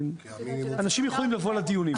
אנשים יכולים לבוא לדיונים.